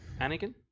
Anakin